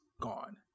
gone